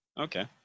okay